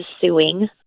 suing